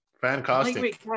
fantastic